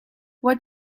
what